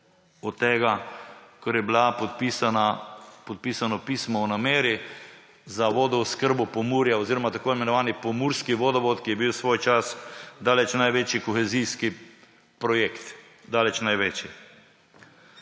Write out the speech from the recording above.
od tega, kar je bilo podpisano pismo o nameri za vodooskrbo Pomurja oziroma tako imenovani pomurski vodovod, ki je bil svoje čas daleč največji kohezijski projekt.